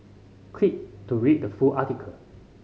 click to read the full article